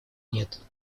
нет